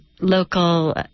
local